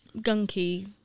gunky